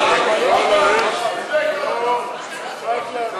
בממשלה לא